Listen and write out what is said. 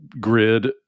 grid